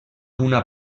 una